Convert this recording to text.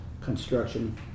Construction